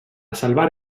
salvar